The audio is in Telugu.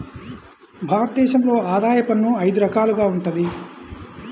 భారత దేశంలో ఆదాయ పన్ను అయిదు రకాలుగా వుంటది